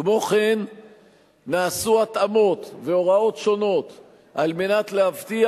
כמו כן נעשו התאמות והוראות שונות כדי להבטיח